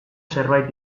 zerbait